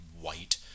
white